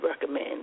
recommend